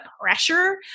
pressure